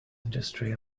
industry